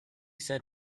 said